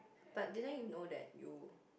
but didn't you know that you